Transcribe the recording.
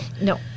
No